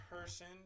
person